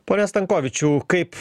pone stankovičiau kaip